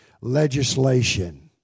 legislation